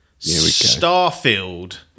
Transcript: Starfield